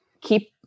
keep